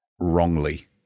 wrongly